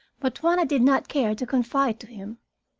but one i did not care to confide to him.